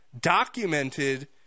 documented